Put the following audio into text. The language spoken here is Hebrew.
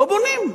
לא בונים.